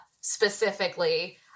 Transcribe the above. specifically